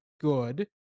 good